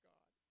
God